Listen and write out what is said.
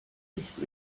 nicht